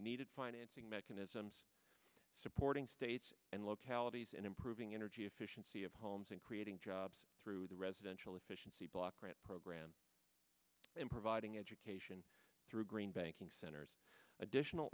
needed financing mechanisms supporting states and localities and improving energy efficiency of homes and creating jobs through the residential efficiency block grant program and providing education through green banking centers additional